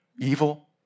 evil